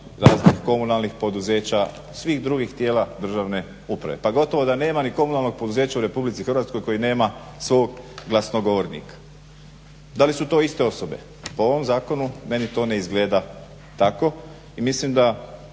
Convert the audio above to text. raznih komunalnih poduzeća i svih drugih tijela državne uprave. Pa gotovo da nema ni komunalnog poduzeća u RH koji nema svog glasnogovornika. Da li su to iste osobe? Po ovom zakonu meni to ne izgleda tako i mislim da